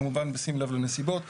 כמובן בשים לב לנסיבות.